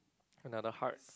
another hearts